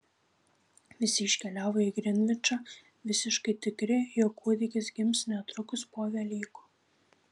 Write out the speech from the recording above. visi iškeliavo į grinvičą visiškai tikri jog kūdikis gims netrukus po velykų